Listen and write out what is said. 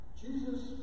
Jesus